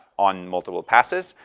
on multiple passes.